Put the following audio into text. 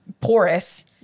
porous